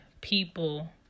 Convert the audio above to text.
people